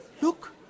Look